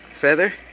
Feather